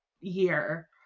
year